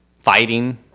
Fighting